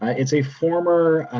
ah it's a former